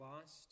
lost